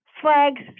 flags